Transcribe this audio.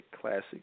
classic